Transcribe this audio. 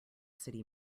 city